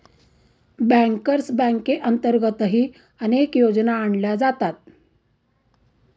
bankers बँकेअंतर्गतही अनेक योजना आणल्या जातात